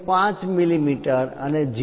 5 millimetre અને 0